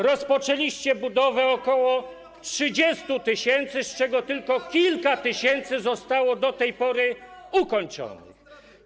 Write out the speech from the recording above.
Rozpoczęliście budowę ok. 30 tys., z czego tylko kilka tysięcy zostało do tej pory ukończone.